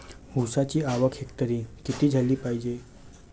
ऊसाची आवक हेक्टरी किती झाली पायजे?